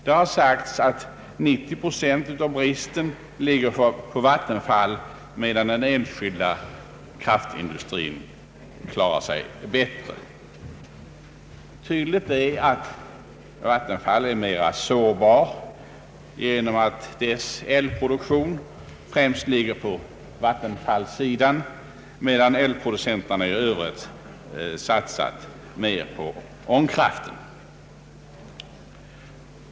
Det har sagts att Vattenfall svarar för 90 procent av bristen, medan den enskilda kraftindustrin klarar sig bättre. Vattenfallsverket är tydligen mera sårbart genom att dess elproduktion främst är lagd på vattenfallssidan, medan elproducenterna i övrigt satsat mer på ångkraft.